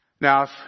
Now